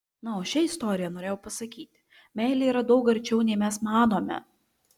na o šia istorija norėjau pasakyti meilė yra daug arčiau nei mes manome